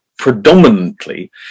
predominantly